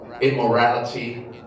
immorality